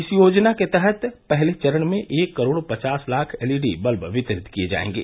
इस योजना के तहत पहले चरण में एक करोड़ पचास लाख एलईडी बल्ब वितरित किए जाएंगे